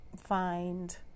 find